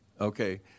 okay